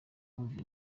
kumva